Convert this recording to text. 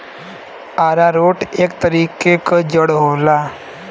आरारोट एक तरीके क जड़ होला